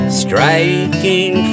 striking